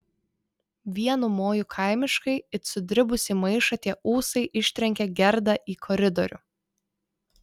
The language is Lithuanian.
vienu moju kaimiškai it sudribusį maišą tie ūsai ištrenkė gerdą į koridorių